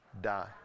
die